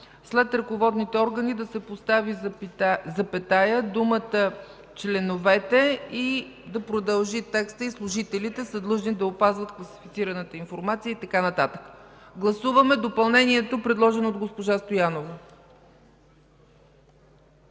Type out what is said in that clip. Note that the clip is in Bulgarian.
след „ръководните органи” да се постави запетая, думата „членовете” и да продължи текста „и служителите са длъжни да опазват класифицираната информация” и така нататък. Гласуваме допълнението, предложено от госпожа Стоянова.